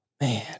Man